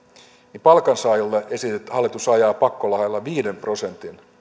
niin palkansaajille hallitus ajaa pakkolailla viiden prosentin